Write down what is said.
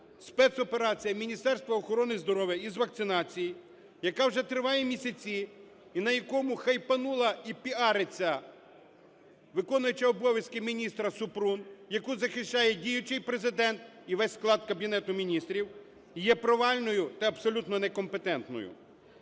спецоперація Міністерства охорони здоров'я із вакцинації, яка вже триває місяці і на якійхайпанула і піариться виконуючий обов'язки міністра Супрун, яку захищає діючий Президент і весь склад Кабінету Міністрів, є провальною та абсолютно некомпетентною.